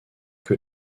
que